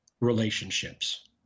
relationships